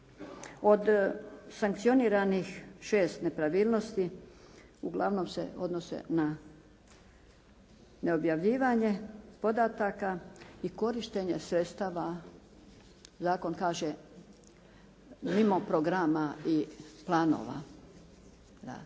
Od sankcioniranih 6 nepravilnosti, uglavnom se odnose na neobjavljivanje podataka i korištenje sredstava, zakon kaže mimo programa i planova